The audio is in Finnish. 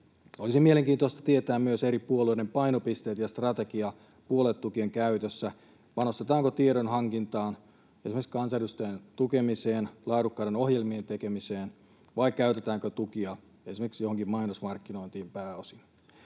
Olisi mielenkiintoista tietää myös eri puolueiden painopisteet ja strategia puoluetukien käytössä, panostetaanko tiedonhankintaan, esimerkiksi kansanedustajien tukemiseen tai laadukkaiden ohjelmien tekemiseen vai käytetäänkö tukia pääosin esimerkiksi johonkin mainosmarkkinointiin.